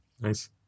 Nice